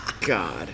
God